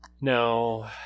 no